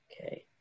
Okay